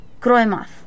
Kroemath